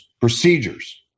procedures